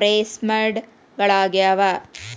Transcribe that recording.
press mud ಗಳಗ್ಯಾವ